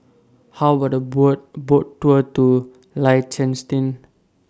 How about Boat Tour two Liechtenstein